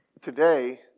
Today